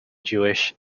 jewish